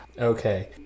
Okay